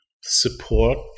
support